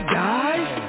guys